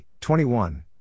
21